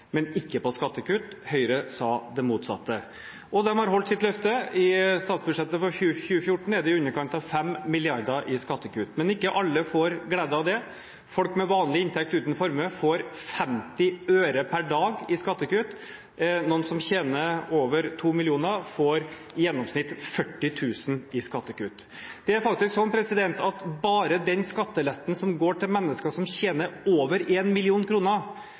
men ikke på skattekutt. Høyre sa det motsatte. De har holdt sitt løfte. I statsbudsjettet for 2014 er det i underkant av 5 mrd. kr i skattekutt. Men ikke alle får glede av det. Folk med vanlig inntekt uten formue får 50 øre per dag i skattekutt. De som tjener over 2 mill. kr, får i gjennomsnitt 40 000 kr i skattekutt. Det er faktisk sånn at bare den skatteletten som går til mennesker som tjener over